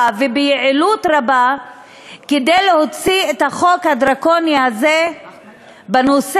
וביעילות רבה כדי להוציא את החוק הדרקוני הזה בנושא,